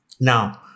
Now